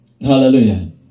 Hallelujah